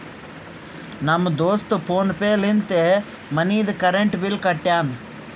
ನಮ್ ದೋಸ್ತ PhonePe ಲಿಂತೆ ಮನಿದು ಕರೆಂಟ್ ಬಿಲ್ ಕಟ್ಯಾನ್